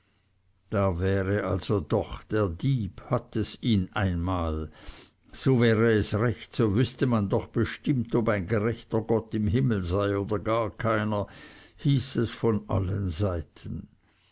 da wäre also doch der dieb hat es ihn einmal so wäre es recht so wüßte man doch bestimmt ob ein gerechter gott im himmel sei oder gar keiner hieß es von allen seiten